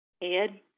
Ed